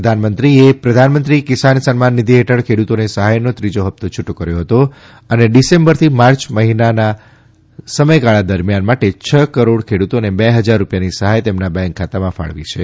પ્રધાનમંત્રીએ પ્રધાનમંત્રી કિસાન સમ્માન નિધિ હેઠળ ખેડૂતોને સહાયનો ત્રીજો હપ્તો છુટો કર્યો હતો અને ડિસેમ્બર થી માર્ચ દરમિયાનના ગાળા માટે છ કરોડ ખેડૂતોને બે હજાર રૂપિયાની સહાય તેમના બેંક ખાતામાં ફાળવી છે